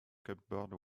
cupboard